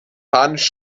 panisch